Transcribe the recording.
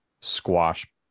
squash